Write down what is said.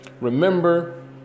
remember